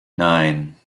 nine